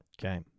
Okay